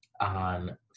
on